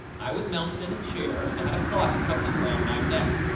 i was mounted in a chair and had a cloth tucked in round my neck,